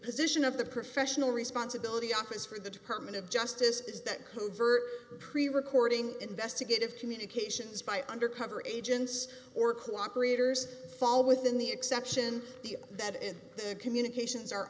position of the professional responsibility office for the department of justice is that covertly pre recording investigative communications by undercover agents or cooperators fall within the exception that a communications